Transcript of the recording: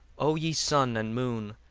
o ye sun and moon,